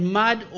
mud